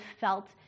felt